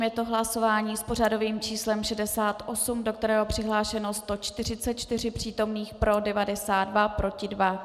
Je to hlasování s pořadovým číslem 68, do kterého je přihlášeno 144 přítomných, pro 92, proti 2.